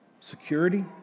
security